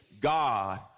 God